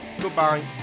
Goodbye